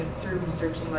through research